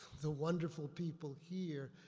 the wonderful people here,